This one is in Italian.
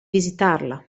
visitarla